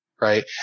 right